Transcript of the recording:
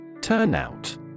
Turnout